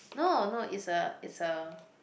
no no it's a it's a